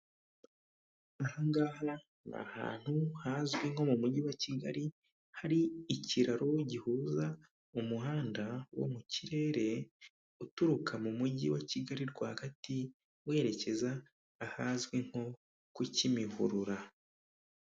Aha ngaha ni ahantutu hazwi nko mu mujyi wa kigali hari ikiraro gihuza umuhanda wo mu kirere, uturuka mu mujyi wa Kigali rwagati weherekeza ahazwi nko ku kimihurura.